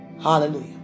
Hallelujah